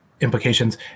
implications